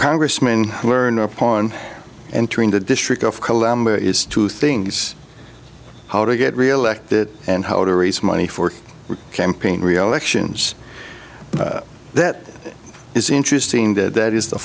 congressman learn upon entering the district of columbia is two things how to get reelected and how to raise money for the campaign reelections that is interesting that is the